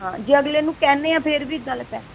ਹਾਂ ਜੇ ਅਗਲੇ ਨੂੰ ਕਹਿੰਦੇ ਹਾਂ ਫਿਰ ਵੀ ਗਲਤ ਹੈ